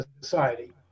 society